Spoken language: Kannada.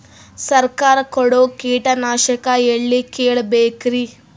ಸರಕಾರ ಕೊಡೋ ಕೀಟನಾಶಕ ಎಳ್ಳಿ ಕೇಳ ಬೇಕರಿ?